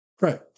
Right